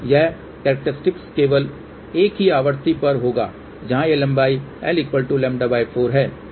यह कॅरक्टेरस्टिक्स केवल एक ही आवृत्ति पर होगा जहां यह लंबाई l λ4 है